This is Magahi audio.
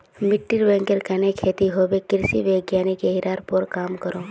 मिटटीर बगैर कन्हे खेती होबे कृषि वैज्ञानिक यहिरार पोर काम करोह